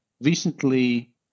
recently